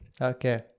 Okay